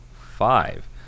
five